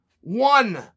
one